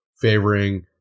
favoring